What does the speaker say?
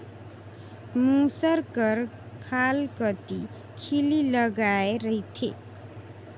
मूसर कर खाल कती खीली लगाए रहथे